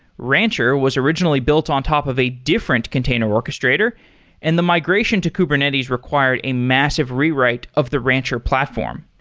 rancher was originally built on top of a different container orchestrator and the migration to kubernetes required a massive rewrite of the rancher platform.